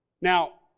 Now